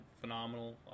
phenomenal